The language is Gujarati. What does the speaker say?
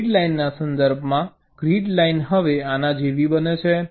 હવે ગ્રીડ લાઇનના સંદર્ભમાં ગ્રીડ લાઇન હવે આના જેવી બને છે